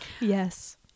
Yes